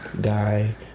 guy